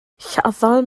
lladdon